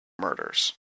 murders